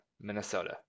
Minnesota